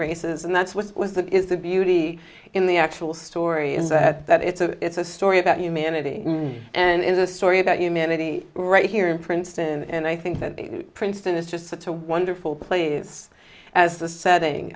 races and that's what was that is the beauty in the actual story is that it's a story about humanity and it is a story about humanity right here in princeton and i think that princeton is just such a wonderful place as the setting